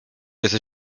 cassé